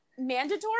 mandatory